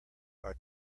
are